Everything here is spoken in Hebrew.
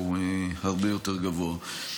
הוא הרבה יותר גבוה.